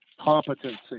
competency